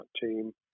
team